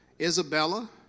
Isabella